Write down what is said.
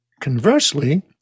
Conversely